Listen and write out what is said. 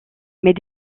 mais